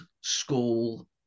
school